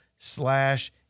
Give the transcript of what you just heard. Slash